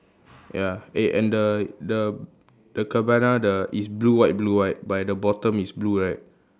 ya eh and the the the cabana the is blue white blue white but at the bottom is blue right